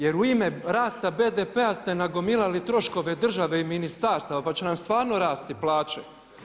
Jer u ime rasta BDP-a ste nagomilali troškove države i ministarstava pa će nam stvarno rasti plaće.